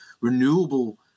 renewable